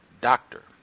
doctor